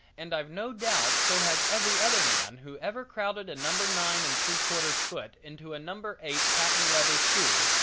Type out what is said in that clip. and i've no doubt so has every other man who ever crowded a number nine and three-quarters foot into a number eight patent-leather shoe,